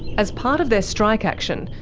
as part of their strike action,